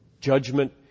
judgment